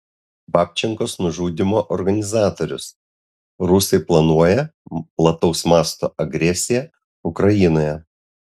babčenkos nužudymo organizatorius rusai planuoja plataus masto agresiją ukrainoje